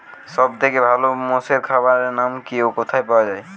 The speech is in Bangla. সব থেকে ভালো মোষের খাবার নাম কি ও কোথায় পাওয়া যায়?